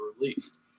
released